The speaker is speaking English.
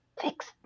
fix